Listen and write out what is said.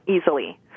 easily